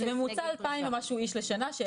--- זה ממוצע של 2,000 ומשהו איש לשנה.